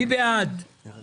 מי בעד קבלת ההסתייגות?